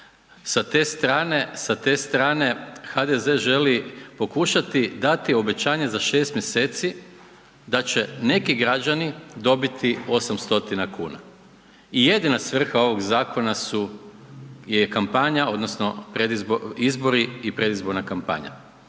Sa te strane, HDZ želi pokušati dati obećanje za 6 mjeseci da će neki građani dobiti 8 stotina kuna. I jedina svrha ovog zakona su je kampanja, odnosno izbori i predizborna kampanja.